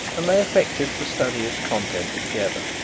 and they affected to study its contents together.